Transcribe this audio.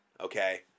okay